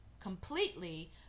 completely